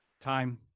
Time